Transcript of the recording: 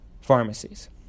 pharmacies